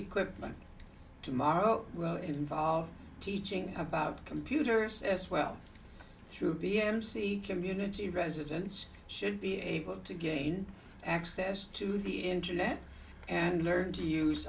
equipment tomorrow will involve teaching about computers as well through the m c g community residents should be able to gain access to the internet and learn to use